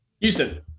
Houston